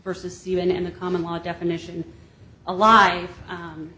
versus even in a common law definition a lie